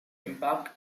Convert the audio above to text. impact